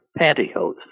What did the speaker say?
pantyhose